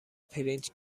پرینت